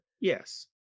yes